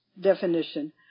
definition